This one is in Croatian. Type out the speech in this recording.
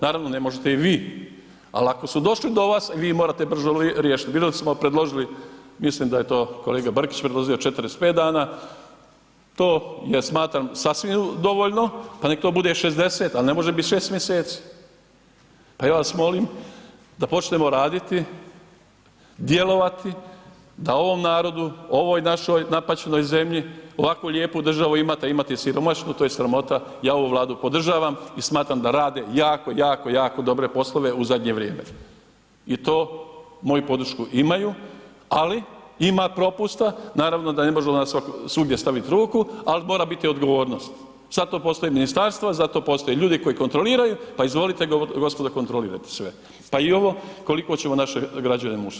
Naravno, ne možete i vi, al ako su došli do vas, vi morate brzo riješit, bili smo predložili, mislim da je to kolega Brkić predložio 45 dana, to ja smatram sasvim dovoljno, pa nek to bude 60, al ne može bit 6 mjeseci, pa ja vas molim da počmemo raditi, djelovati da ovom narodu, ovoj našoj napaćenoj zemlji, ovakvu lijepu državu imati, a imati siromašnu, to je sramota, ja ovu Vladu podržavam i smatram da rade jako, jako, jako dobre poslove u zadnje vrijeme i to moju podršku imaju, ali ima propusta naravno da ne može onda svugdje stavit ruku, al mora biti odgovornost, zato postoje ministarstva, zato postoje ljudi koji kontroliraju, pa izvolite gospodo kontrolirajte sve, pa i ovo koliko ćemo naše građane mučit.